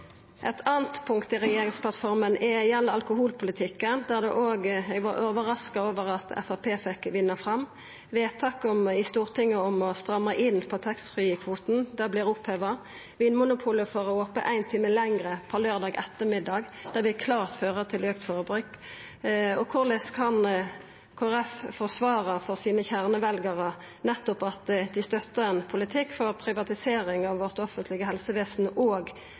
Eit anna punkt i regjeringsplattforma gjeld alkoholpolitikken, der eg vart overraska over at Framstegspartiet fekk vinna fram. Stortingsvedtaket om å stramma inn på taxfree-kvoten vert oppheva. Vinmonopolet får ha ope éin time lenger på laurdag ettermiddag – det vil klart føra til auka forbruk. Korleis kan Kristeleg Folkeparti forsvara for kjerneveljarane sine at dei støttar ein politikk for privatisering av det offentlege helsevesenet vårt og